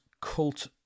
cult